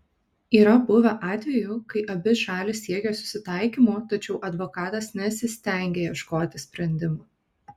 yra buvę atvejų kai abi šalys siekė susitaikymo tačiau advokatas nesistengė ieškoti sprendimo